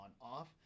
on-off